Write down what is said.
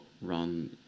run